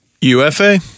UFA